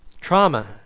Trauma